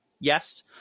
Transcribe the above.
Yes